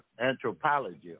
anthropology